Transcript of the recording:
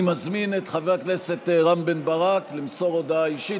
אני מזמין את חבר הכנסת רם בן ברק למסור הודעה אישית.